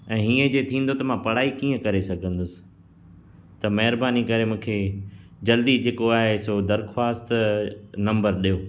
ऐं हीअं जो थींदो त मां पढ़ाई कीअं करे सघंदुसि त महिरबानी करे मूंखे जल्दी जेको आहे सो दरक़्वास्त नम्बर ॾियो